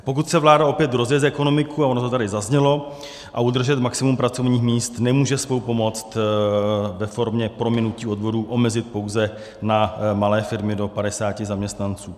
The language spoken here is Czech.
Pokud chce vláda opět rozjet ekonomiku, a ono to tady zaznělo, a udržet maximum pracovních míst, nemůže svou pomoc ve formě prominutí odvodů omezit pouze na malé firmy do 50 zaměstnanců.